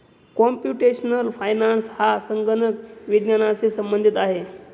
computational finance हा संगणक विज्ञानाशी संबंधित आहे